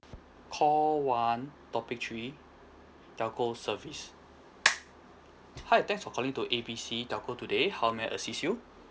call one topic three telco service hi thanks for calling to A B C telco today how may I assist you